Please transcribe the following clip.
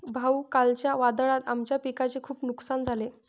भाऊ, कालच्या वादळात आमच्या पिकाचे खूप नुकसान झाले